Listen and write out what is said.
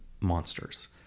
monsters